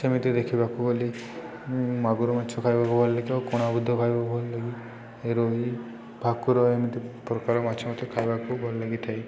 ସେମିତି ଦେଖିବାକୁ ଗଲେ ମାଗୁର ମାଛ ଖାଇବାକୁ ଭଲ ଲାଗେ ଆଉ କୋଣବୁଧ ଖାଇବାକୁ ଭଲ ଲାଗେ ରୁହି ଭାକୁର ଏମିତି ପ୍ରକାର ମାଛ ମୋତେ ଖାଇବାକୁ ଭଲ ଲାଗିଥାଏ